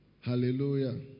Hallelujah